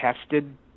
tested